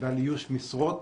איוש משרות.